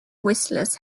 whistles